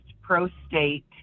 pro-state